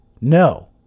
No